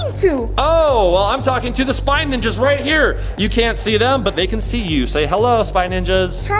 to? oh, well i'm talking to the spy ninjas right here. you can't see them, but they can see you. say hello spy ninjas. hi,